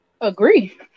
Agree